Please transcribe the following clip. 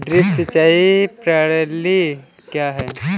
Drip सिंचाई प्रणाली क्या है?